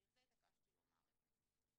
ובגלל זה התעקשתי לומר את זה,